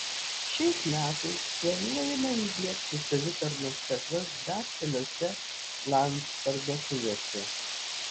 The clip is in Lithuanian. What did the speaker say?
šiais metais planuojama įdiegti savitarnos kasas dar keliose land parduotuvėse